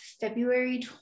February